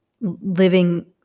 living